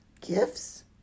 gifts